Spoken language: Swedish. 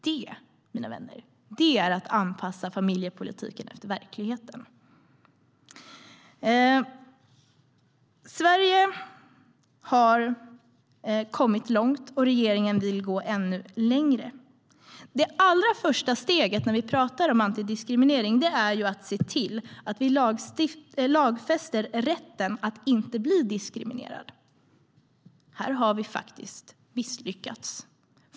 Det, mina vänner, är att anpassa familjepolitiken efter verkligheten. Sverige har kommit långt, och regeringen vill gå ännu längre. Det allra första steget när vi pratar om antidiskriminering är att se till att vi lagfäster rätten att inte bli diskriminerad. Här har vi faktiskt misslyckats.